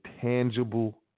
tangible